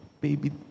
baby